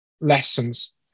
lessons